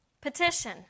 petition